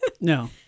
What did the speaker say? No